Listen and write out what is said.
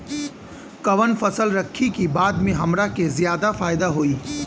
कवन फसल रखी कि बाद में हमरा के ज्यादा फायदा होयी?